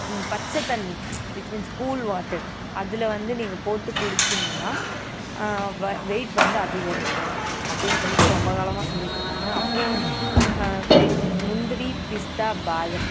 பச்சை தண்ணி it means cool water அதில் வந்து நீங்கள் போட்டு குடிச்சிங்கன்னா வெயிட் வந்து அதிகரிக்கும் அப்டினு சொல்லிட்டு ரொம்ப காலமாக சொல்லிட்டுருக்காங்க அப்புறோம் முந்திரி பிஸ்தா பாதம்